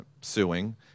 Suing